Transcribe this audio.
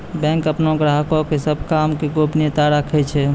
bank अपनो ग्राहको के सभ काम के गोपनीयता राखै छै